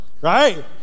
right